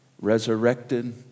resurrected